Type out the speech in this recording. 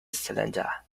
cylinder